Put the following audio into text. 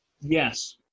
Yes